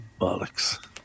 Bollocks